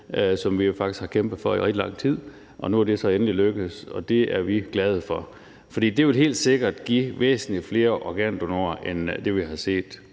som vi jo faktisk har kæmpet for i rigtig lang tid, og nu er det så endelig lykkedes, og det er vi glade for. For det vil helt sikkert give væsentlig flere organdonorer end det, vi har set